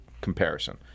comparison